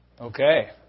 Okay